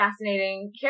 fascinating